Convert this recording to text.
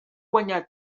guanyar